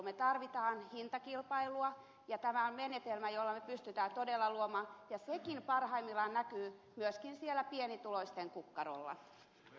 me tarvitsemme hintakilpailua ja tämä on menetelmä jolla me pystymme sitä todella luomaan ja sekin parhaimmillaan näkyy myöskin siellä pienituloisten kukkarolla